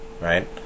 right